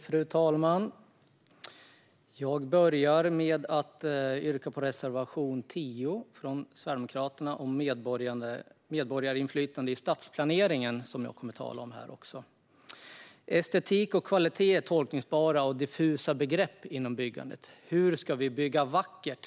Fru talman! Jag börjar med att yrka bifall till reservation 10 från Sverigedemokraterna om medborgarinflytande i stadsplaneringen, något som jag kommer att tala om här. Estetik och kvalitet är tolkningsbara och diffusa begrepp inom byggandet. Hur ska vi bygga vackert?